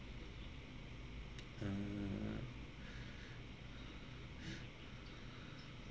uh